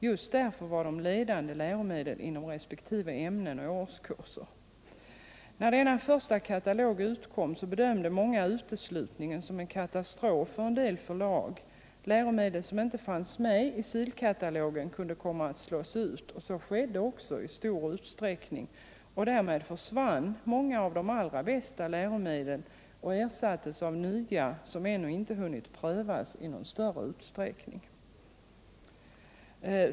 Just därför var de ledande läromedel inom resp. ämnen och årskurser. När denna första katalog utkom bedömde många uteslutningen som en katastrof för en del förlag. Läromedel som inte fanns med i SIL-katalogen kunde komma att slås ut. Så skedde också i stor utsträckning, och därmed försvann många av de allra bästa läromedlen och ersättes med nya, som ännu inte hunnit prövas i nämnvärd omfattning.